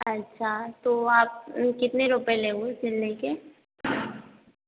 अच्छा तो आप कितने रुपये लोगे सिलने के